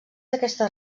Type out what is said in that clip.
aquestes